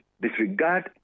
disregard